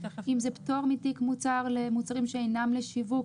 אם זה פטור מתיק מוצר למוצרים שאינם לשיווק.